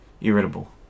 irritable